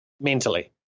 mentally